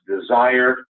desired